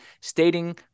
stating